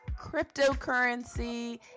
cryptocurrency